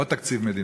עוד תקציב מדינה.